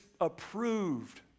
approved